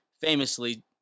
famously